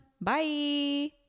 Bye